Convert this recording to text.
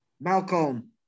Malcolm